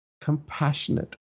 compassionate